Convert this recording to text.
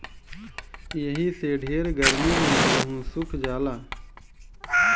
एही से ढेर गर्मी मे गेहूँ सुख जाला